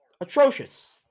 Atrocious